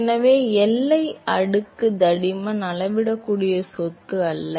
எனவே எல்லை அடுக்கு தடிமன் அளவிடக்கூடிய சொத்து அல்ல